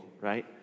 right